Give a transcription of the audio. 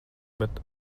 bet